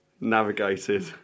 navigated